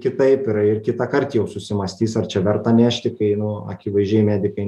kitaip ir ir kitąkart jau susimąstys ar čia verta nešti kai nu akivaizdžiai medikai